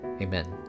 Amen